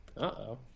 uh-oh